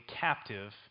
captive